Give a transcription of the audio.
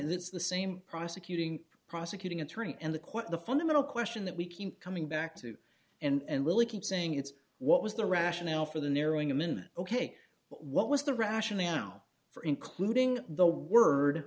it's the same prosecuting prosecuting attorney and the quote the fundamental question that we keep coming back to and we'll keep saying it's what was the rationale for the narrowing amendment ok what was the rationale for including the word